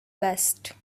best